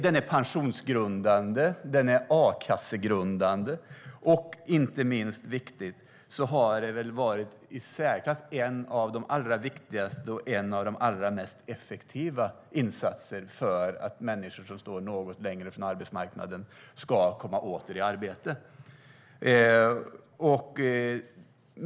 Den är pensionsgrundande och a-kassegrundande, och inte minst har den varit en av de i särklass viktigaste och mest effektiva insatserna för att människor som står något längre från arbetsmarknaden åter ska komma i arbete.